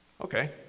Okay